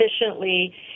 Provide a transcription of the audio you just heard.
efficiently